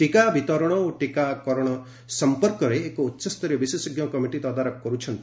ଟୀକା ବିତରଣ ଓ ଟୀକାକରଣ ସମ୍ପର୍କରେ ଏକ ଉଚ୍ଚସରୀୟ ବିଶେଷଜ୍ଞ କମିଟି ତଦାରଖ କରୁଛନ୍ତି